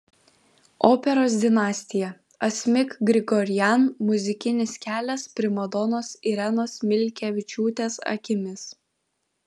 operos dinastija asmik grigorian muzikinis kelias primadonos irenos milkevičiūtės akimis